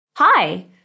Hi